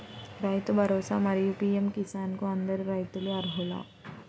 రైతు భరోసా, మరియు పీ.ఎం కిసాన్ కు అందరు రైతులు అర్హులా?